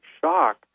shock